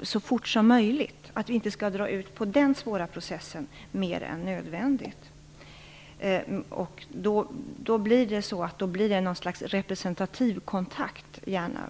i frågan om bärgningen och att den svåra processen inte drar ut på tiden mer än nödvändigt. Det har gjort att det har blivit ett slags representativ kontakt.